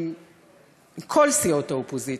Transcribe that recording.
מכל סיעות האופוזיציה,